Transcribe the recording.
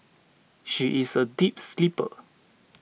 she is a deep sleeper